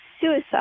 suicide